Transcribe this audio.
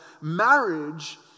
Marriage